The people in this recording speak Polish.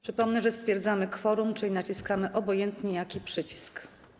Przypomnę, że stwierdzamy kworum, czyli naciskamy obojętnie jaki przycisk.